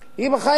היא בחיים.